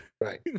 Right